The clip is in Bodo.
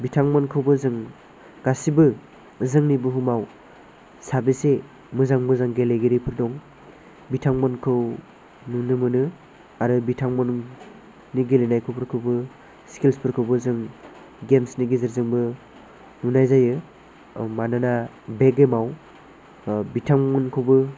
बिथांमोनखौबो जों गासैबो जोंनि बुहुमाव साबेसे मोजां मोजां गेलेगिरिफोर दं बिथांमोनखौ नुनो मोनो आरो बिथांमोननि गेलेनायफोरखौबो स्किल्स फोरखौबो जों गेम्स नि गेजेरजोंबो नुनाय जायो मानोना बे गेम आव बिथांमोनखौबो